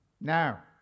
Now